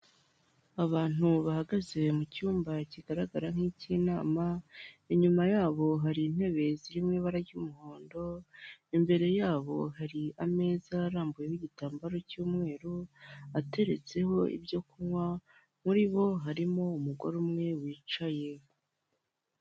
Abantu bahagaze mu cyumba kigaragara nk'icy'inama, inyuma yabo hari intebe zirimo ibara ry'umuhondo, imbere yabo hari ameza arambuyeho igitambaro cy'umweru ateretseho ibyo kunywa muri bo harimo umugore umwe wicaye.